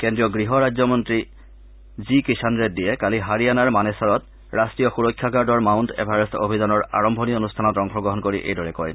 কেন্দ্ৰীয় গৃহ ৰাজ্যমন্ত্ৰী জি কিষাণ ৰেড্ডীয়ে কালি হাৰিয়ানাৰ মানেচাৰত ৰাষ্টীয় সুৰক্ষা গাৰ্ডৰ মাউণ্ট এভাৰেষ্ট অভিযানৰ আৰম্ভণি অনুষ্ঠানত অংশগ্ৰহণ কৰি এইদৰে কয়